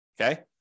Okay